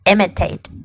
Imitate